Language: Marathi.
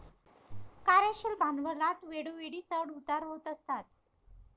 कार्यशील भांडवलात वेळोवेळी चढ उतार होत असतात